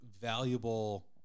valuable